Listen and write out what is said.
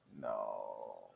No